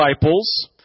disciples